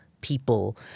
people